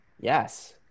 Yes